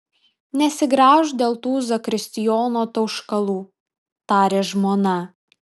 nesigraužk dėl tų zakristijono tauškalų tarė žmona